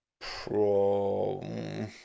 Pro